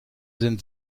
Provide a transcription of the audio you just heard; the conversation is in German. sind